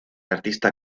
artista